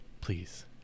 Please